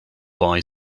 boy